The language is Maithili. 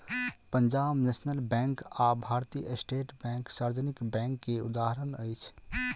पंजाब नेशनल बैंक आ भारतीय स्टेट बैंक सार्वजनिक बैंक के उदाहरण अछि